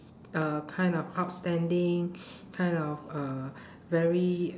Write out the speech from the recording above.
s~ k~ uh kind of outstanding kind of uh very